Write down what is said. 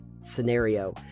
scenario